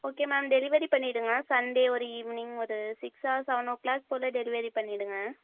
okay ma'am delivery பண்ணிவிடுங்க Sunday ஒரு evening ஒரு six or seven o'clock போல் டெலிவரி பண்ணிவிடுங்க